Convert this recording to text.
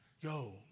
Yo